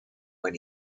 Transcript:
when